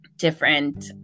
different